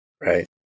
Right